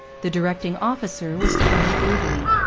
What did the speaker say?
the directing officer was colonel gridley,